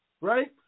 right